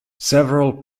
several